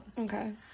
Okay